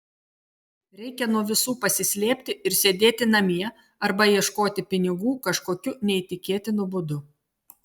reikia nuo visų pasislėpti ir sėdėti namie arba ieškoti pinigų kažkokiu neįtikėtinu būdu